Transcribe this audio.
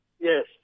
Yes